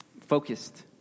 focused